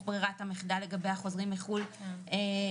ברירת המחדל לגבי החוזרים מחו"ל באוגוסט.